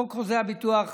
חוק חוזה הביטוח,